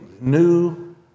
new